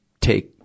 take